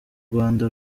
rwanda